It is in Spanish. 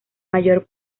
mayor